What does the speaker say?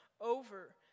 over